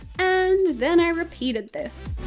and then i repeated this.